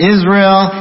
Israel